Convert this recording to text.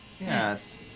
Yes